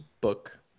book